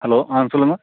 hello ஆ சொல்லுங்கள்